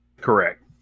Correct